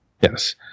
Yes